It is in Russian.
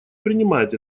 принимает